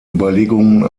überlegungen